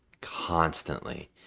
constantly